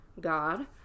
God